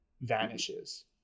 vanishes